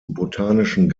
botanischen